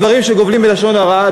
דברים שגובלים בלשון הרע,